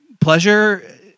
Pleasure